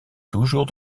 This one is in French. toujours